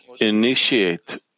initiate